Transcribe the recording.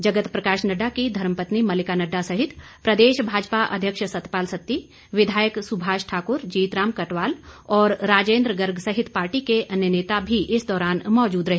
जगत प्रकाश नड्डा की धर्मपत्नी मलिका नड्डा सहित प्रदेश भाजपा अध्यक्ष सतपाल सत्ती विधायक सुभाष ठाकुर जीतराम कटवाल और राजेन्द्र गर्ग सहित पार्टी के अन्य नेता भी इस दौरान मौजूद रहे